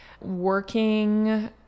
working